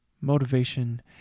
motivation